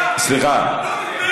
סליחה.